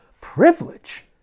privilege